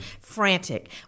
frantic